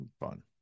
Fun